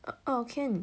oh can